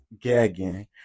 gagging